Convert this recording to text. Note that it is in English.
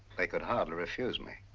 they could hardly refuse me.